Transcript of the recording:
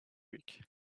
week